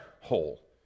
hole